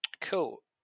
Cool